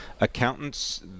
Accountants